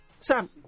Sam